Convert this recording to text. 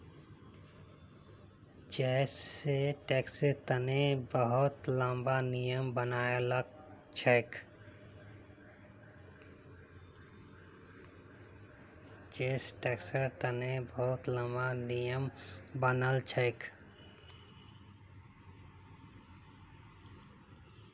जै सै टैक्सेर तने बहुत ला नियम बनाल जाछेक